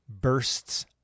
bursts